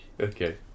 Okay